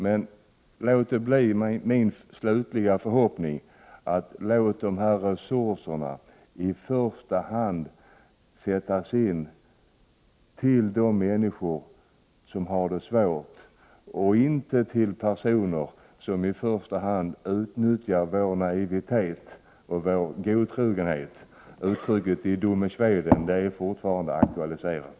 Men låt det bli min slutliga förhoppning att dessa resurser i första hand ges till de människor som har det svårt och inte till personer som i första hand utnyttjar Sveriges naivitet och godtrogenhet. Uttrycket ”die dummen Schweden” är fortfarande aktuellt.